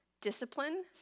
discipline